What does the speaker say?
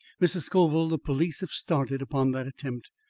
mrs. scoville, the police have started upon that attempt.